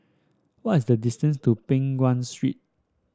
what is the distance to Peng Nguan Street